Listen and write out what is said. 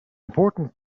important